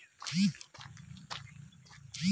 বরবটির পোকা মারার উপায় কি?